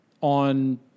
on